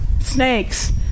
Snakes